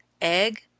Egg